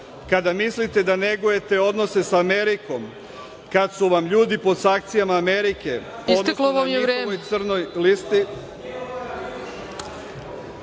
mislite da negujete odnose sa Amerikom, kada su ljudi pod sankcijama Amerike, onda ste na njihovoj crnoj listi.